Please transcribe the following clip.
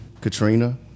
Katrina